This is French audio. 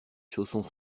chaussons